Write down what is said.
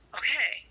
okay